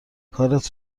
کارت